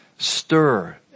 Stir